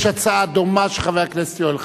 יש הצעה דומה של חבר הכנסת יואל חסון,